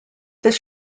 this